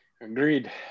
Agreed